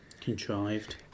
contrived